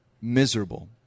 miserable